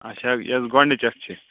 اچھا یۄس گۄڈٕنِچ اَکھ چھِ